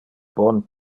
bon